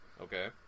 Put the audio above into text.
Okay